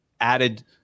added